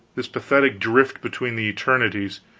this pathetic drift between the eternities,